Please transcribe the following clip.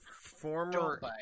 Former